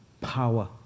power